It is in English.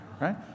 right